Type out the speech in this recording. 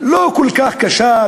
שהיא לא כל כך קשה,